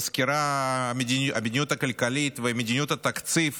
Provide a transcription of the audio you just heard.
בסקירת המדיניות הכלכלית ומדיניות התקציב